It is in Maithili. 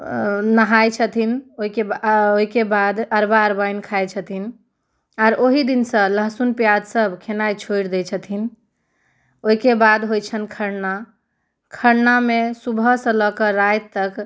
नहाय छथिन ओहिके ओहिके बाद अरबा अरबआइन खाइत छथिन आर ओहि दिनसँ लहसुन प्याज सभ खेनाइ छोड़ि दै छथिन ओहिके बाद होइत छनि खरना खरनामे सुबह से लऽ कऽ राति तक